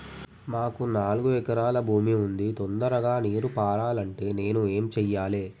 మాకు నాలుగు ఎకరాల భూమి ఉంది, తొందరగా నీరు పారాలంటే నేను ఏం చెయ్యాలే?